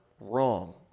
wrong